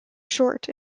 short